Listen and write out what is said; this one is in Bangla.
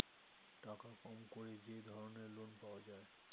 টাকা কম করে যে ধরনের লোন পাওয়া যায়